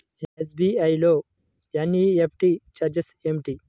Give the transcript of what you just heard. SBI లో NEFT ఛార్జీలు ఏమిటి?